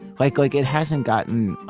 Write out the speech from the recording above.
like like it hasn't gotten